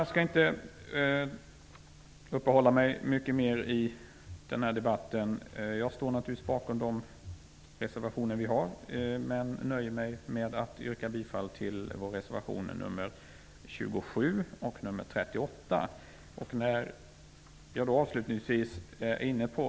Jag skall inte uppehålla mig mycket mer i den här debatten. Jag står naturligtvis bakom de reservationer som vi har, men jag nöjer mig med att yrka bifall till reservationerna 27 och 38.